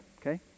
okay